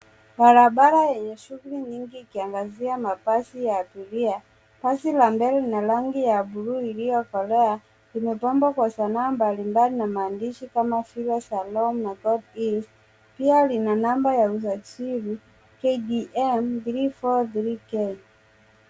Barabara yenye shughuli nyingi ikiashiria mabasi ya abiria. Basi la rangi ya buluu iliyokolea imepambwa kwa saana mbalimbali maandishi kama vile Shalom na God is. Pia lina namba ya usajili KDM 343K.